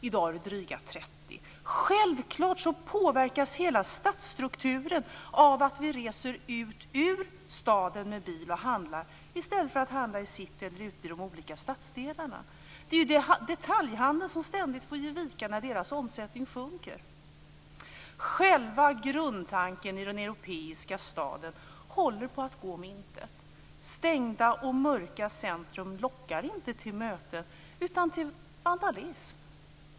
I dag är det drygt 30. Självklart påverkas hela stadsstrukturen av att vi reser ut ur staden med bil och handlar i stället för att handla i city eller i de olika stadsdelarna. Det är detaljhandeln som ständigt får ge vika när dess omsättning sjunker. Själva grundtanken i den europeiska staden håller på att gå om intet. Stängda och mörka centrum lockar inte till möten utan till vandalism.